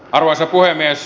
arvoisa puhemies